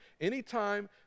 Anytime